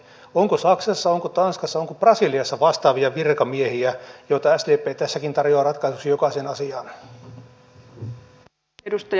onko saksassa onko tanskassa onko brasiliassa vastaavia virkamiehiä joita sdp tässäkin tarjoaa ratkaisuksi jokaiseen asiaan